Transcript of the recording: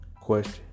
Question